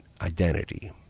identity